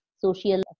social